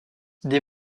des